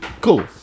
Cool